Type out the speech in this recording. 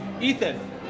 Ethan